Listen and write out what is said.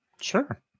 Sure